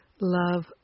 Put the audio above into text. love